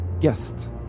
Guest